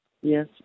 Yes